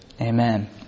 Amen